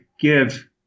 Give